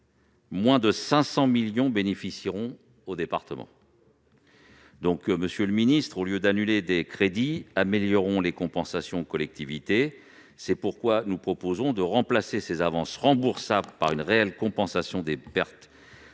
moins de 500 millions bénéficieront aux départements ! Monsieur le ministre, au lieu d'annuler des crédits, améliorons les compensations aux collectivités ! Nous proposons de remplacer ces avances remboursables par une réelle compensation des pertes